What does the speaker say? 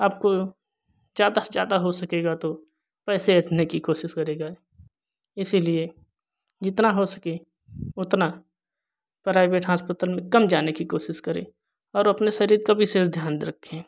आपको ज्यादा से ज्यादा हो सकेगा तो पैसे ऐंठने की कोशिश करेगा इसलिए जितना हो सके उतना प्राइवेट हॉस्पिटल में कम जाने की कोशिश करें और अपने शरीर का विशेष ध्यान रखें